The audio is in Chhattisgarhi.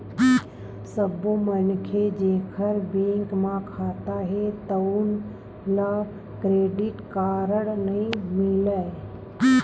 सब्बो मनखे जेखर बेंक म खाता हे तउन ल क्रेडिट कारड नइ मिलय